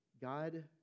God